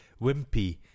wimpy